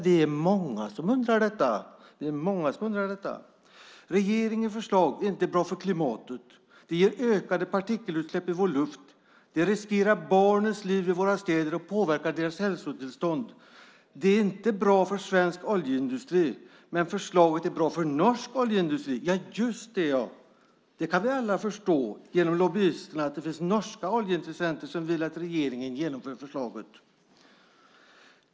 Det är många som undrar det. Regeringens förslag är inte bra för klimatet. Det ger ökade partikelutsläpp i vår luft. Det riskerar barnens liv i våra städer och påverkar deras hälsotillstånd. Det är inte bra för svensk oljeindustri. Men förslaget är bra för norsk oljeindustri. Just det! Genom lobbyisterna kan vi alla förstå att det finns norska oljeintressenter som vill att regeringen genomför förslaget.